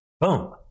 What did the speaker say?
Boom